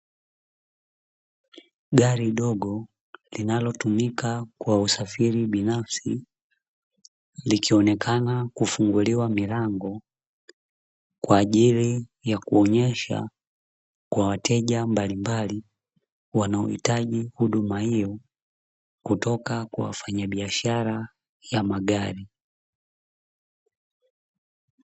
Gari dogo linalotumika kwa usafiri binafsi likionekana kufunguliwa milango kwa ajili ya kuonyesha kwa wateja mbalimbali, wanaohitaji huduma hiyo kutoka kwa wafanyabiashara ya magari.